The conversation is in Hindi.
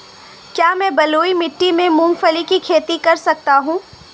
क्या मैं बलुई मिट्टी में मूंगफली की खेती कर सकता हूँ?